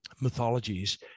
mythologies